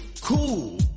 cool